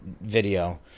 video